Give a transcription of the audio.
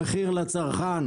המחיר לצרכן,